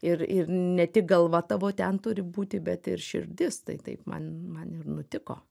ir ir ne tik galva tavo ten turi būti bet ir širdis tai taip man man ir nutiko